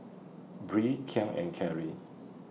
Bree Kian and Kerry